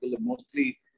mostly